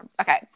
Okay